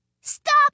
Stop